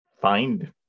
find